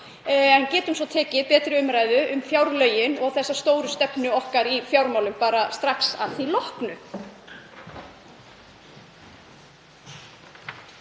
en getum svo tekið betri umræðu um fjárlögin og stóru stefnuna í fjármálum strax að því loknu.